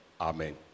Amen